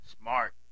Smart